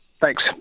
Thanks